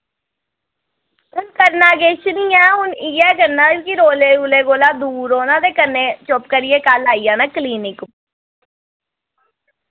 हू'न करना किश नी ऐ हू'न इ'य्यै करना क्यूंकि रौले रूले कोला दूर रौह्ना ते कन्नै चुप करियै कल आई जाना क्लिनिक